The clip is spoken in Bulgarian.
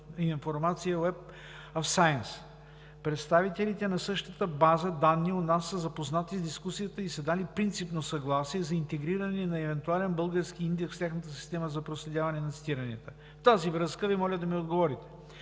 информация Web of Science. Представителите на същата база данни у нас са запознати с дискусията и са дали принципно съгласие за интегриране на евентуален български индекс в тяхната система за проследяване на цитиранията. В тази връзка Ви моля да ми отговорите: